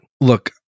look